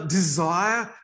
desire